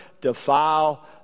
defile